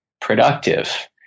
productive